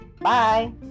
Bye